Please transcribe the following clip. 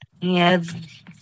Yes